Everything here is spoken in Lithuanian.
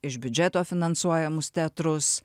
iš biudžeto finansuojamus teatrus